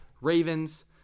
Ravens